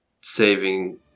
saving